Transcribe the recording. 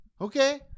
Okay